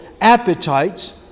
appetites